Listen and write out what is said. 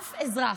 אף אזרח,